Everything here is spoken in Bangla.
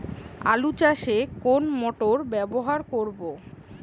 আলু চাষে কোন মোটর ব্যবহার করব?